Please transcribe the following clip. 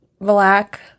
black